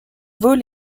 vaut